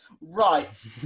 Right